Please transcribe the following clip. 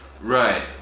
Right